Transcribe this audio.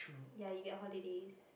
ya you get holidays